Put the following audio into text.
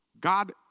God